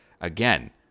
again